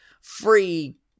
free